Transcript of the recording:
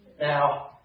Now